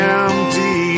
empty